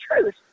truth